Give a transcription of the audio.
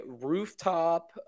rooftop